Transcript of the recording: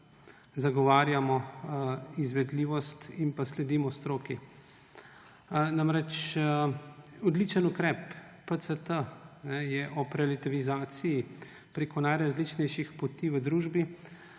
zagovarjamo izvedljivost in sledimo stroki. Odličen ukrep PCT je ob relativizaciji prek najrazličnejših poti v družbi